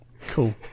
Cool